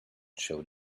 showed